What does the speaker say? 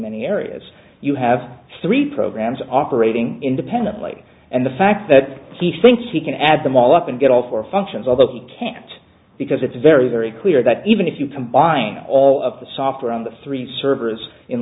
many areas you have three programs operating independently and the fact that he thinks he can add them all up and get all four functions although he can't because it's very very clear that even if you combine all of the software on the three servers in